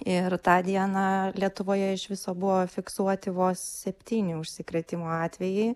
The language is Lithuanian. ir tą dieną lietuvoje iš viso buvo fiksuoti vos septyni užsikrėtimo atvejai